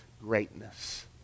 greatness